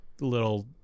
little